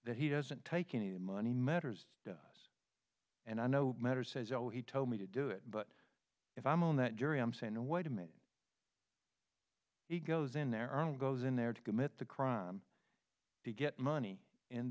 that he doesn't take any money matters and i no matter says oh he told me to do it but if i'm on that jury i'm saying wait a minute he goes in there own goes in there to commit the crime to get money and